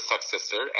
successor